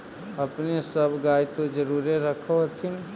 अपने सब गाय तो जरुरे रख होत्थिन?